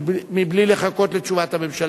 מבלי לחכות לתשובת הממשלה.